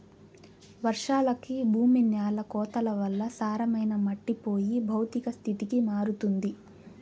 వర్షాలకి భూమి న్యాల కోతల వల్ల సారమైన మట్టి పోయి భౌతిక స్థితికి మారుతుంది